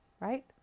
Right